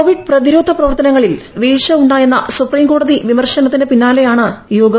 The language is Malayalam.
കോവിഡ് പ്രതിരോധ പ്രവർത്തനങ്ങളിൽ വീഴ്ച ഉണ്ടായെന്ന സൂപ്രീം കോടതി വിമർശനത്തിന് പിന്നാലെ യാണ് യോഗം